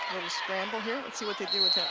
scramble here let's see what they do with